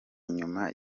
inyuma